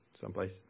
someplace